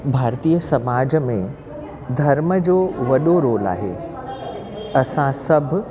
भारतीय समाज में धर्म जो वॾो रोल आहे असां सभु